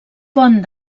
pont